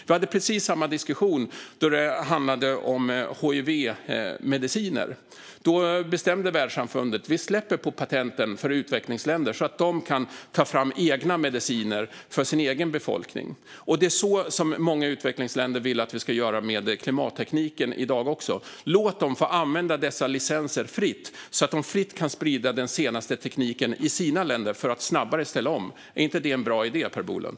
Vi hade precis samma diskussion då det handlade om hivmediciner. Då bestämde världssamfundet: Vi släpper på patenten för utvecklingsländer så att de kan ta fram egna mediciner för sin egen befolkning. Det är så som många utvecklingsländer vill att vi i dag ska göra med klimattekniken. Låt dem få använda dessa licenser fritt så att de fritt kan sprida den senaste tekniken i sina länder för att snabbare ställa om! Är inte det en bra idé, Per Bolund?